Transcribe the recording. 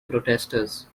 protesters